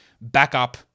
backup